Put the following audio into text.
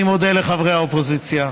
אני מודה לחברי האופוזיציה.